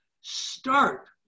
start